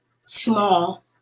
small